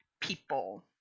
people